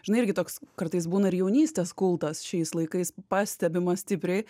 žinai irgi toks kartais būna ir jaunystės kultas šiais laikais pastebimas stipriai